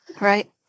Right